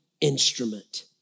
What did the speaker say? instrument